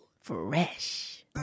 Fresh